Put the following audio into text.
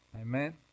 Amen